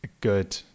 good